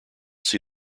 see